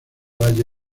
valle